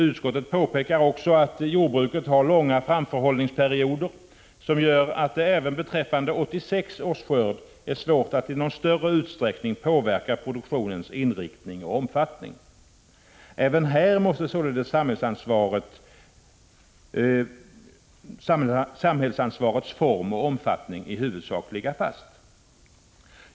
Utskottet påpekar också att jordbruket har långa framförhållningsperioder som gör att det även beträffande 1986 års skörd är svårt att i någon större utsträckning påverka produktionens inriktning och omfattning. Även här måste således samhällsansvarets form och omfattning i huvudsak ligga fast.